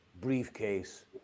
briefcase